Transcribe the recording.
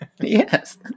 Yes